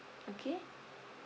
okay